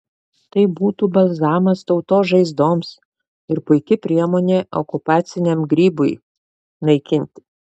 tai būtų balzamas tautos žaizdoms ir puiki priemonė okupaciniam grybui naikinti